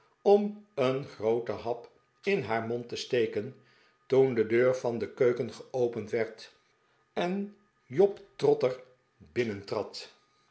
om een grooten hap in haar mond te steken toen de deur van de keuken geopend werd en job trotter